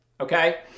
Okay